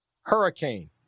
hurricane